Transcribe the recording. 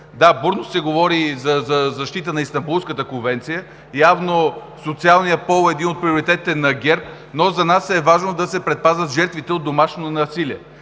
Да, бурно се говори за защита на Истанбулската конвенция, явно социалният пол е един от приоритетите на ГЕРБ, но за нас е важно да се предпазят жертвите от домашно насилие.